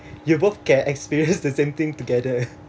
you both can experience the same thing together